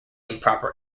improper